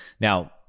Now